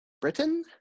Britain